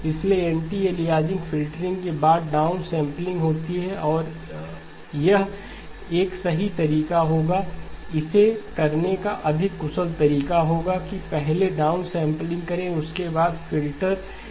इसलिए anti aliasing filtering के बाद डाउन सैंपलिंग होती है और यह एक सही तरीका होगा या इसे करने का अधिक कुशल तरीका होगा कि पहले डाउन सैंपलिंग करें उसके बाद फ़िल्टर H करें